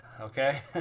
okay